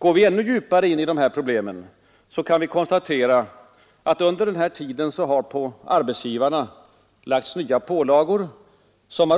Går vi ännu djupare in i dessa problem kan vi konstatera att under denna tid har på arbetsgivarna lagts nya pålagor som